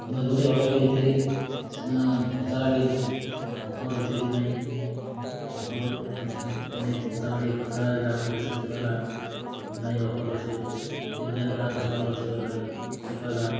ମୁଁଇ ଗୋଟେ ହୋଟେଲ୍କୁ ଯାଇଥିଲି ସେନ ପଚାରିଲି ଅପର୍ ଅଛି କି ନାଇଁ ଅପର୍ ଅଛି କି ନାଇଁ ପଚା ପଚାରିଲା ପରେ ସେ କହିଲା ନାଇଁ ଅପର୍ ଅଛି କେନ୍ କେନ୍ଟା ଅପର୍ ଅଛି ବୋଲେ ସେ କହିଲା